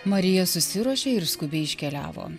marija susiruošė ir skubiai iškeliavo